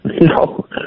No